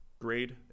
grade